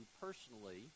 personally